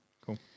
Cool